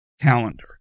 calendar